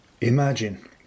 Imagine